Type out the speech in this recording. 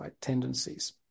tendencies